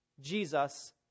Jesus